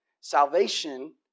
salvation